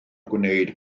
gwneud